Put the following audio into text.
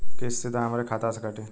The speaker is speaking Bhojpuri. किस्त सीधा हमरे खाता से कटी?